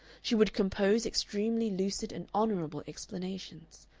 she would compose extremely lucid and honorable explanations.